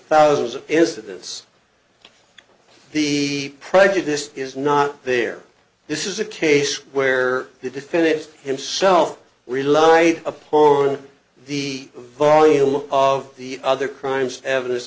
thousands of is that this the prejudice is not there this is a case where the defendant himself relied upon the volume of the other crimes evidence